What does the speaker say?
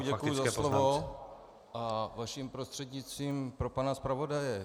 Děkuji za slovo a vaším prostřednictvím pro pana zpravodaje.